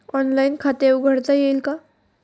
Online खाते उघडता येईल का?